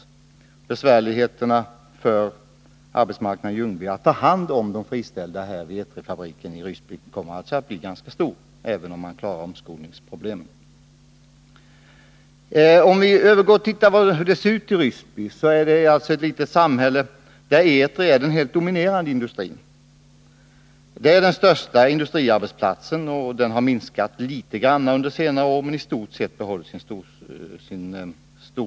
Det kommer att bli mycket besvärligt att på arbetsmarknaden i Ljungby ta hand om dem som friställts vid Etris fabriker i Ryssby, även om man klarar omskolningsproblemen. Ryssby är som sagt ett litet samhälle, där Etri är den helt dominerande industriarbetsplatsen. Företagets verksamhet har minskat litet grand under senare år, men i stort sett har företaget behållit sin storlek.